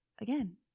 again